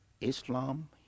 Islam